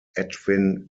edwin